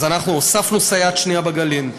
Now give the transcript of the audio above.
אז אנחנו הוספנו סייעת שנייה בגנים,